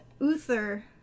Uther